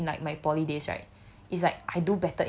bringing my past in like my poly days right